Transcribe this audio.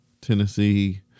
tennessee